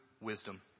wisdom